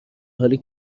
حالی